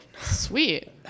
Sweet